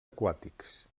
aquàtics